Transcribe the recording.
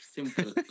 Simple